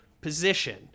position